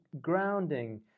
grounding